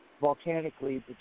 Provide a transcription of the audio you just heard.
volcanically